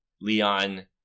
Leon